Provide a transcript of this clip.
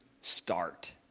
start